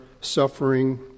suffering